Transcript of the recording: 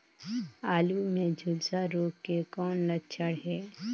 आलू मे झुलसा रोग के कौन लक्षण हे?